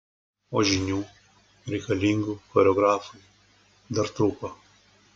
o žinių reikalingų choreografui dar trūko